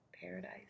Paradise